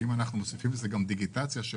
בזה שאנחנו מוסיפים לזה גם את הדיגיטציה של